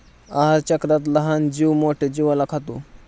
आहारचक्रात लहान जीव मोठ्या जीवाला खातो